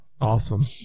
Awesome